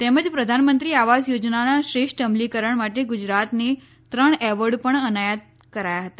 તેમજ પ્રધાનમંત્રી આવાસ યોજનાના શ્રેષ્ઠ અમલીકરણ માટે ગુજરાતને ત્રણ એવોર્ડ પણ એનાયત કરાયા હતા